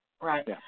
Right